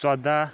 ژۄداہ